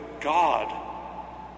God